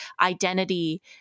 identity